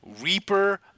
Reaper